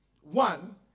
one